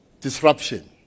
disruption